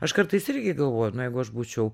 aš kartais irgi galvoju na jeigu aš būčiau